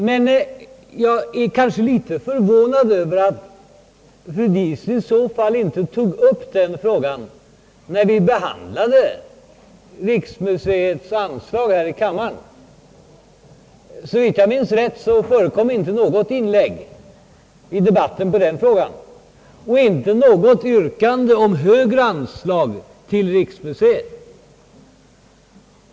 Men jag är kanske lite förvånad över att fru Diesen i så fall inte tog upp den frågan när vi behandlade riksmuseets anslag här i kammaren. Såvitt jag minns förekom det inte något inlägg i debatten i den frågan och inte något yrkande om högre anslag till riksmuseet.